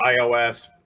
iOS